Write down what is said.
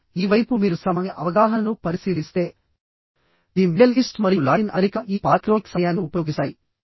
కానీ ఈ వైపు మీరు సమయ అవగాహనను పరిశీలిస్తే థి మిడెల్ ఈస్ట్ మరియు లాటిన్ అమెరికా ఈ పాలిక్రోనిక్ సమయాన్ని ఉపయోగిస్తాయి